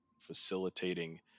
facilitating